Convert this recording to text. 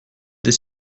des